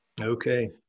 okay